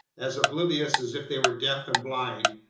as oblivious as if they were deaf and blind,